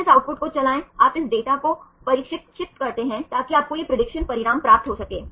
फिर से इस आउटपुट को चलाएं आप इस डेटा को प्रशिक्षित करते हैं ताकि आपको यह प्रेडिक्शन परिणाम प्राप्त हो सके